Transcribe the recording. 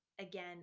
again